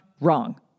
wrong